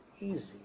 easy